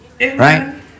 Right